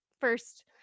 first